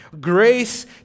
Grace